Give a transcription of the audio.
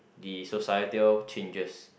the societal changes